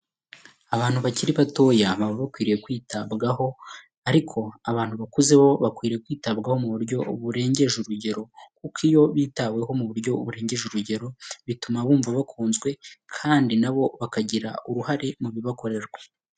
Abantu bakiri batoya baba bakwiriye kwitabwaho ariko abantu bakuze bo bakwiriye kwitabwaho mu buryo burengeje urugero. Kuko iyo bitaweho mu buryo burengeje urugero bituma bumva bakunzwe kandi nabo bakagira uruhare mu bibakorerwa.